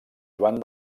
joan